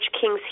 King's